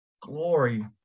glory